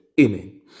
Amen